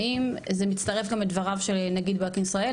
האם זה מצטרף גם לדבריו של נגיד בנק ישראל,